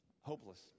hopeless